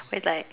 with like